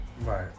Right